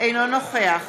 אינו נוכח